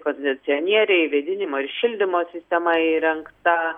kondicionieriai vėdinimo ir šildymo sistema įrengta